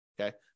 okay